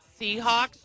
Seahawks